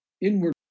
Inward